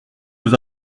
nos